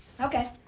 Okay